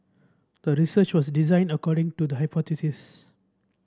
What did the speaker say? the research was designed according to the hypothesis